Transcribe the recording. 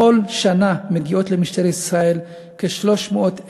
בכל שנה מגיעות למשטרת ישראל כ-300,000